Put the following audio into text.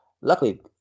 luckily